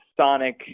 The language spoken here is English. sonic